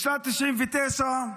בשנת 1999,